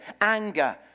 anger